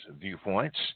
Viewpoints